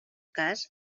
cas